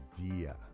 idea